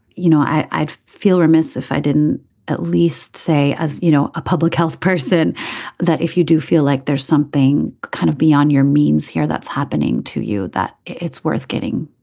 you know i feel remiss if i didn't at least say as you know a public health person that if you do feel like there's something kind of beyond your means here that's happening to you that it's worth getting.